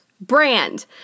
brand